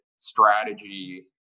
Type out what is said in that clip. strategy